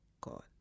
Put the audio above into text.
God